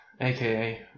aka